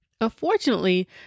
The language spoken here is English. Unfortunately